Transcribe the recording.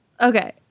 Okay